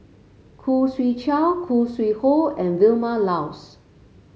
Khoo Swee Chiow Khoo Sui Hoe and Vilma Laus